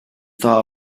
thaw